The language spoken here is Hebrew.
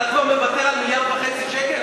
אתה כבר מוותר על מיליארד וחצי שקל?